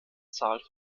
zahl